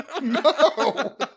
no